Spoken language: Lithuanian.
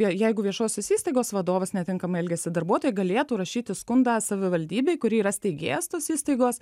jeigu viešosios įstaigos vadovas netinkamai elgiasi darbuotojai galėtų rašyti skundą savivaldybei kuri yra steigėjas tos įstaigos